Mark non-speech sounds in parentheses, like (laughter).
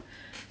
(breath)